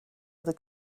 other